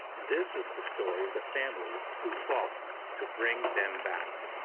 this is the story of the families who fought to bring them back.